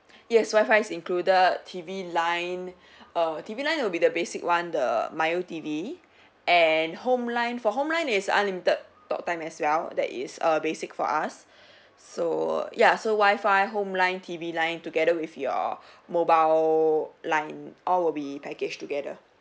yes wi-fi is included T_V line err T_V line would be the basic one the mio T_V and home line for home line is unlimited talk time as well that is a basic for us so ya so wi-fi home line T_V line together with your mobile line all will be packaged together